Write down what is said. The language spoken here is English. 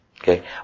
Okay